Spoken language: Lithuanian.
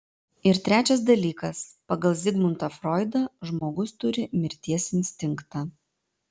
ir trečias dalykas pagal zigmundą froidą žmogus turi mirties instinktą